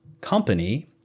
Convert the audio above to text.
company